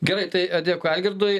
gerai tai dėkui algirdui